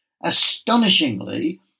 Astonishingly